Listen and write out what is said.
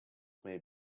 may